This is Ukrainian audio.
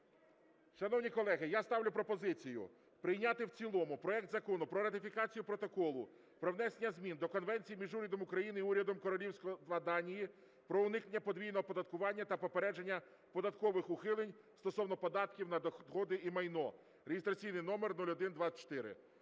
Шановні колеги, я ставлю пропозицію прийняти в цілому проект Закону про ратифікацію Протоколу про внесення змін до Конвенції між Урядом України і Урядом Королівства Данії про уникнення подвійного оподаткування та попередження податкових ухилень стосовно податків на доходи і майно (реєстраційний номер 0124).